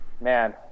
man